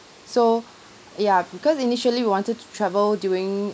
so ya because initially we wanted to travel during